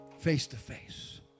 face-to-face